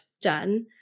done